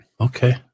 Okay